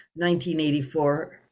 1984